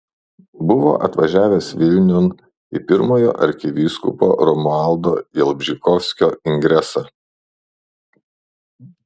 buvo atvažiavęs vilniun į pirmojo arkivyskupo romualdo jalbžykovskio ingresą